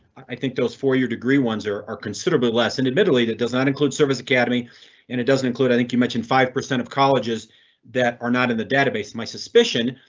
i think those four year degree ones are are considerably less. and admittedly that does not include service academy, and it doesn't include. i think you mentioned five percent of colleges that are not in the database and my suspicion.